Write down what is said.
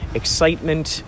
excitement